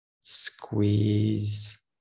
squeeze